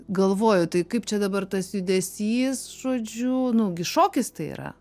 galvoju tai kaip čia dabar tas judesys žodžiu nu gi šokis tai yra